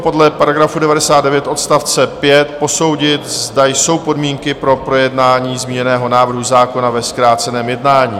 Podle § 99 odst. 5 bychom měli posoudit, zda jsou podmínky pro projednání zmíněného návrhu zákona ve zkráceném jednání.